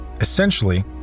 essentially